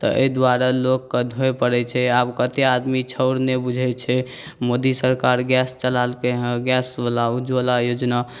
एहि दुआरे लोकके धोइ पड़ै छै आब कते आदमी छाउर नहि बुझै मोदी सरकार गैस चलालकैहेँ गैसबला उज्ज्वला योजना